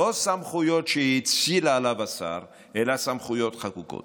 לא סמכויות שהאציל עליו השר, אלא סמכויות חקוקות.